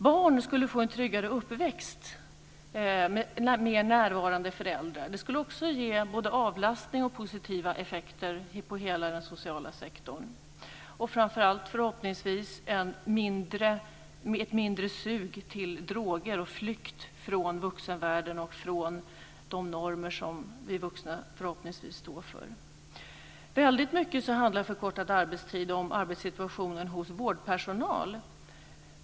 Barn skulle få en tryggare uppväxt med mer närvarande föräldrar. Det skulle också ge både avlastning och positiva effekter på hela den sociala sektorn. Framför allt skulle det förhoppningsvis ge ett mindre sug till droger och flykt från vuxenvärlden och från de normer som vi vuxna förhoppningsvis står för. En förkortad arbetstid handlar väldigt mycket om arbetssituationen för vårdpersonalen.